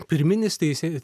pirminis teisė